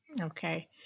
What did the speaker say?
Okay